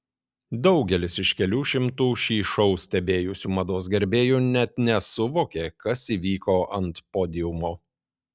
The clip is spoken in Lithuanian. daugelis iš kelių šimtų šį šou stebėjusių mados gerbėjų net nesuvokė kas įvyko ant podiumo